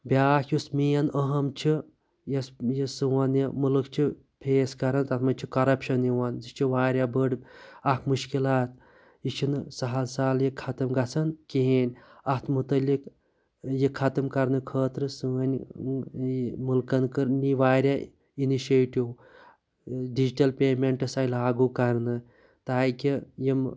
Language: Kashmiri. بیاکھ یُس مین اَہَم چھ یۄس یُس سون یہِ مُلُک چھ فیس کَران تَتھ منٛز چھ کوٚرَپشَن یِوان یہِ چھ وارِیاہ بٔڑ اَکھ مُشکِلات یہِ چھنہ سَہَل سَہَل یہِ خَتٕم گَژھان کہیٖنۍ اَتھ مُتعلق یہِ خَتٕم کَرنہٕ خٲطرٕ سٲنۍ مُلکَن کٔر نِی وارِیاہ اِنِشیٹِو ڈجٹَل پیمیٚنٹس آے لاگو کَرنہٕ تاکہِ یِم